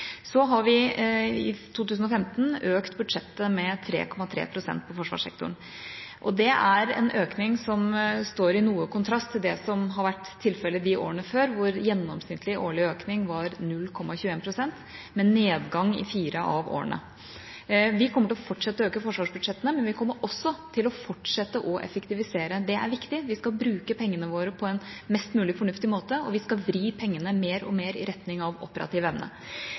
Så har vi i 2015 økt budsjettet med 3,3 pst. på forsvarssektoren. Det er en økning som står i noe kontrast til det som har vært tilfellet i årene før, hvor gjennomsnittlig årlig økning var 0,21 pst., med nedgang i fire av årene. Vi kommer til å fortsette å øke forsvarsbudsjettene, men vi kommer også til å fortsette å effektivisere. Det er viktig. Vi skal bruke pengene våre på en mest mulig fornuftig måte, og vi skal vri pengene mer og mer i retning av operativ evne.